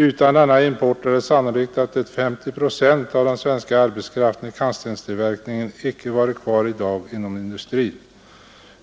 Utan denna import är det sannolikt att 50 procent av den svenska arbetskraften i kantstenstillverkningen icke varit kvar i dag inom den industrin.